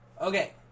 Okay